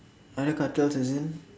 other cartels as in